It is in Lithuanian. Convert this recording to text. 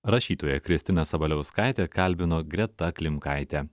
rašytoja kristina sabaliauskaitė kalbino greta klimkaitė